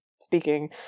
speaking